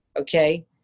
okay